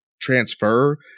transfer